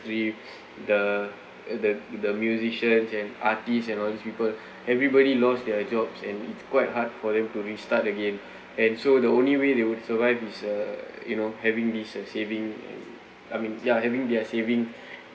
the the the the musicians and artists and all these people everybody lost their jobs and it's quite hard for them to restart again and so the only way they would survive is a you know having this a saving I mean ya having their saving